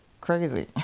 crazy